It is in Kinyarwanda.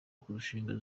kurushinga